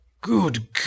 Good